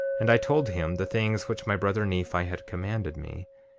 and i told him the things which my brother nephi had commanded me,